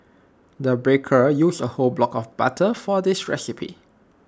the baker used A whole block of butter for this recipe